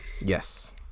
Yes